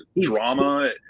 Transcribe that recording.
drama